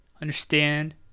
understand